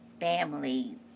family